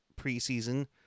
preseason